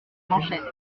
manchettes